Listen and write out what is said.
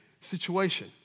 situation